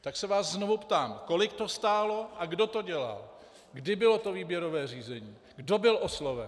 Tak se vás znovu ptám: Kolik to stálo a kdo to dělal, kdy bylo to výběrové řízení, kdo byl osloven?